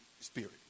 spirit